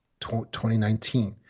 2019